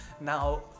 Now